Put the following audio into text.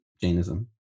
Jainism